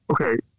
Okay